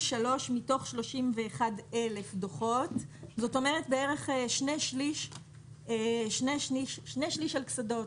זאת אומרת, כשני שליש על קסדות.